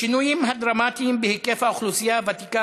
השינויים הדרמטיים בהיקף האוכלוסייה הוותיקה